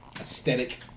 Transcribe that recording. aesthetic